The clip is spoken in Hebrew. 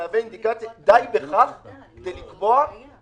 האם זה מהווה אינדיקציה ודי בכך כדי לקבוע שהממשלה